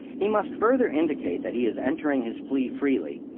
he must further indicate that he is entering his plea freely,